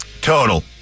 Total